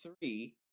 three